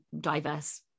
diverse